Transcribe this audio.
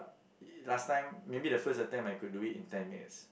last time maybe the first attempt I could do it in ten minutes